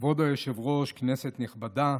כבוד היושב-ראש, כנסת נכבדה,